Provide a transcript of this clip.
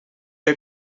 fer